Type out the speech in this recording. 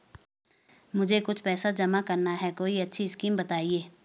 मुझे कुछ पैसा जमा करना है कोई अच्छी स्कीम बताइये?